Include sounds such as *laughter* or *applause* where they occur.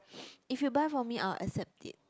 *noise* if you buy for me I will accept it